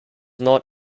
not